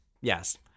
Yes